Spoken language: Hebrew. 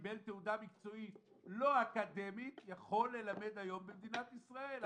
וקיבל תעודה מקצועית לא אקדמית יכול ללמד היום במדינת ישראל.